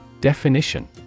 Definition